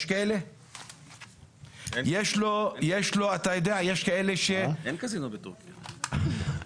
אין קזינו בתורכיה.